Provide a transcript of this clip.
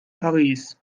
paris